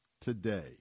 today